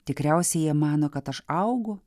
tikriausiai jie mano kad aš augu